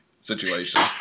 situation